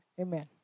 Amen